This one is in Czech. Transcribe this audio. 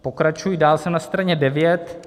Pokračuji dál, jsem na straně 9 .